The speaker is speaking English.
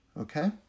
Okay